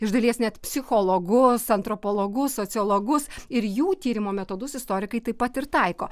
iš dalies net psichologus antropologus sociologus ir jų tyrimo metodus istorikai taip pat ir taiko